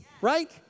right